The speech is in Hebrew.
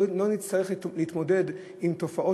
לא נצטרך להתמודד עם תופעות